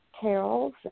carols